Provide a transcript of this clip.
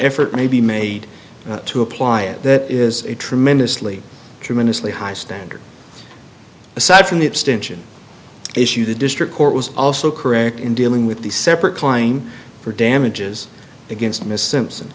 effort may be made to apply it that is a tremendously tremendously high standard aside from the abstention issue the district court was also correct in dealing with the separate klein for damages against ms simpson